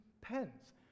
pens